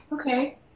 Okay